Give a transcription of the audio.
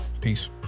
Peace